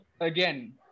again